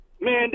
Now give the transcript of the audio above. Man